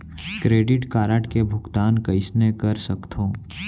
Credit card के भुगतान कइसने कर सकथो?